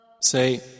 Say